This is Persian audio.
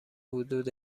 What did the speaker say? حدود